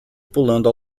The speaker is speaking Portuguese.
pulando